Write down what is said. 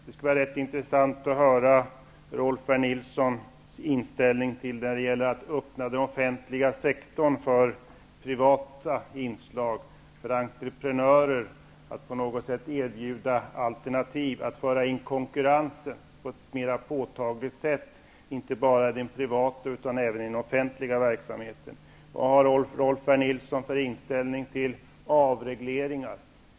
Det skulle vara rätt intressant att höra Rolf L. Nilsons inställning till att öppna den offentliga sektorn för privata inslag, för entreprenörer att på något sätt erbjuda alternativ, att föra in konkurrensen på ett mera påtagligt sätt inte bara i den privata utan även i den offentliga verksamheten. Vilken inställning har Rolf L. Nilson till avregleringar?